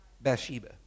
Bathsheba